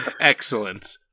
Excellent